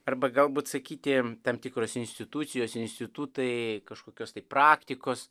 arba galbūt sakyti tam tikros institucijos institutai kažkokios tai praktikos